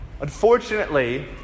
Unfortunately